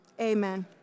Amen